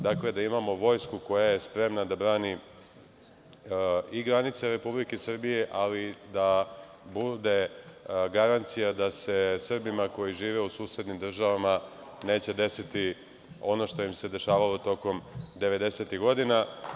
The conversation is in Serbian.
Dakle, da imamo vojsku koja je spreman da brani i granice Republike Srbije, ali da bude garancija da se Srbima koji žive u susednim državama neće desiti ono što im se dešavalo tokom 90-ih godina.